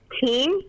team